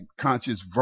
conscious